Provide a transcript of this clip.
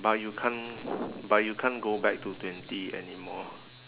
but you can't but you can't go back to twenty anymore